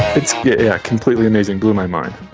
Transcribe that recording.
it's yeah completely amazing, blew my mind